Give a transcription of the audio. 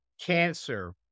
cancer